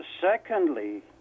secondly